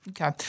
okay